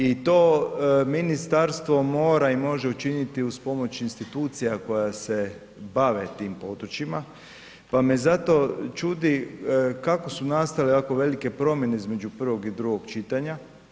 I to Ministarstvo mora i može učiniti uz pomoć institucija koja se bave tim područjima pa me zato čudi kako su nastale ovako velike promjene između prvog i drugog čitanja.